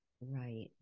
Right